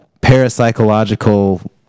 parapsychological